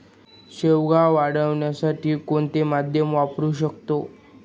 शेवगा वाढीसाठी कोणते माध्यम वापरु शकतो?